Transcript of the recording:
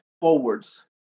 forwards